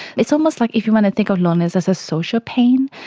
it's almost like if you want to think of loneliness as a social pain.